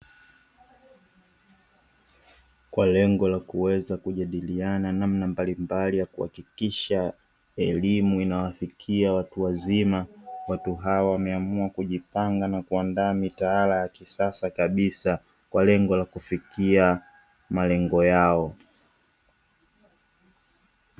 Kwa lengo la kuweza kujadiliana namna mbalimbali ya kuhakikisha elimu inawafikia watu wazima. Watu hawa wameamua kujipanga na kuandaa mitaala ya kisasa kabisa kwa lengo la kufikia malengo yao.